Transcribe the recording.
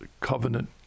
covenant